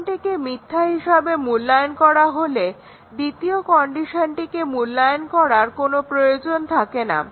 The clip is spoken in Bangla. প্রথমটিকে মিথ্যা হিসেবে মূল্যায়ন করা হলে দ্বিতীয় কন্ডিশনটিকে মূল্যায়ন করার কোনো প্রয়োজন থাকে না